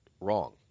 Wrong